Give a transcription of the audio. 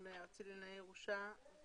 הממונה הארצי לענייני ירושה.